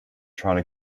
trying